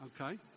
Okay